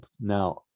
now